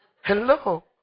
Hello